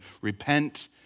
Repent